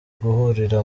guhurira